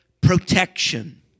protection